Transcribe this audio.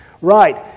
Right